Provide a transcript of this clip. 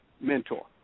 mentor